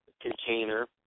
Container